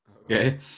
Okay